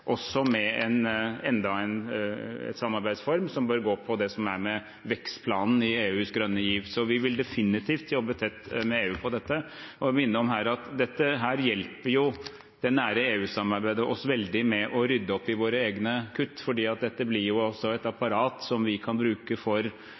også med enda en samarbeidsform, som bør gå på det med vekstplanen i EUs grønne giv. Så vi vil definitivt jobbe tett med EU om dette. Jeg vil minne om at det nære EU-samarbeidet hjelper oss veldig med å rydde opp i våre egne kutt, for dette blir også et